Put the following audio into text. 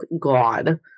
God